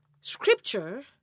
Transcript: scripture